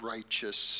Righteous